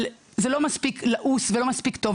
אבל זה לא מספיק לעוס ולא מספיק טוב,